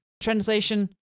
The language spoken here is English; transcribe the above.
Translation